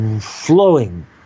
flowing